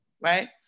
right